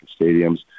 stadiums